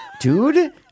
dude